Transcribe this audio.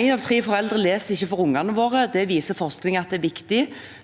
Én av tre foreldre leser ikke for ungene sine. Det viser forskning at er viktig.